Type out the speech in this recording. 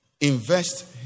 invest